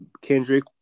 Kendrick